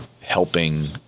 helping